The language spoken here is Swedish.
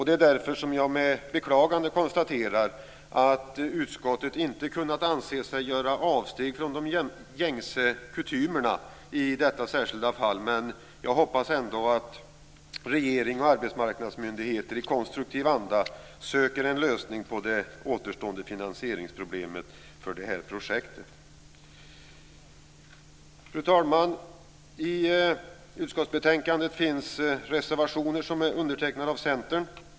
Det är därför som jag med beklagande konstaterar att utskottet inte kunnat göra ett avsteg från de gängse kutymerna i detta särskilda fall. Jag hoppas ändå att regering och arbetsmarknadsmyndigheter i konstruktiv anda söker en lösning på det återstående finansieringsproblemet för det här projektet. Fru talman! I utskottsbetänkandet finns reservationer som är undertecknade av centerpartister.